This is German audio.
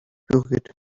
berührt